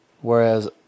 Whereas